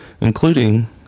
including